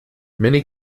many